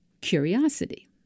curiosity